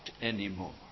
anymore